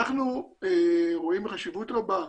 אנחנו רואים חשיבות רבה,